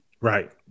Right